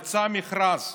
יצא מכרז.